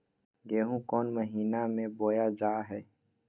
गेहूँ कौन महीना में बोया जा हाय?